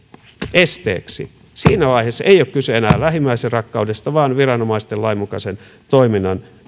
esteeksi siinä vaiheessa ei ole kyse enää lähimmäisenrakkaudesta vaan viranomaisten lainmukaisen toiminnan